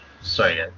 Sorry